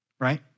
right